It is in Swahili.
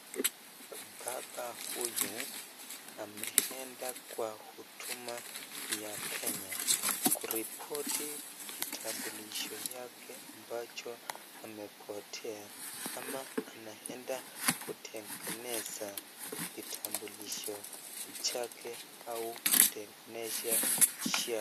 Baba huyu ameenda kwa Huduma ya Kenya kuripoti kitambulisho yake ambacho amepotea ama anaenda kutengeneza kitambulisho chake au kutengeneza.